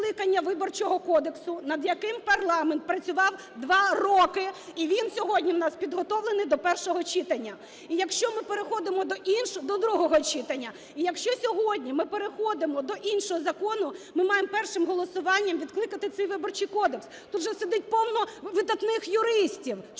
відкликання Виборчого кодексу, над яким парламент працював два роки, і він сьогодні в нас підготовлений до першого читання. І якщо ми переходимо до… До другого читання. І якщо сьогодні ми переходимо до іншого закону, ми маємо першим голосуванням відкликати цей Виборчий кодекс. Тут же сидить повно видатних юристів,